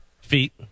Feet